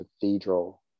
cathedral